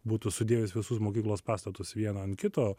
būtų sudėjus visus mokyklos pastatus vieną ant kito